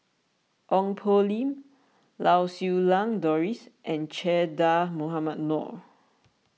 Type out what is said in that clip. Ong Poh Lim Lau Siew Lang Doris and Che Dah Mohamed Noor